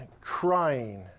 crying